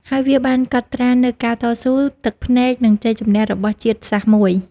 ហើយវាបានកត់ត្រានូវការតស៊ូ ទឹកភ្នែក និងជ័យជម្នះរបស់ជាតិសាសន៍មួយ។